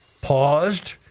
paused